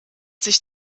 sich